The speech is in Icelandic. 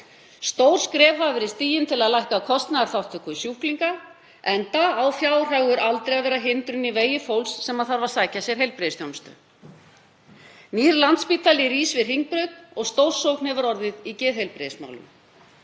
Stór skref hafa verið stigin til að lækka kostnaðarþátttöku sjúklinga, enda á fjárhagur aldrei að vera hindrun í vegi fólks sem þarf að sækja sér heilbrigðisþjónustu. Nýr Landspítali rís við Hringbraut og stórsókn hefur orðið í geðheilbrigðismálum.